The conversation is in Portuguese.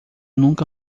nunca